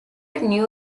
new